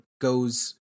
goes